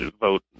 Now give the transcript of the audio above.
vote